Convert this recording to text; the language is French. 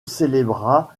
célébra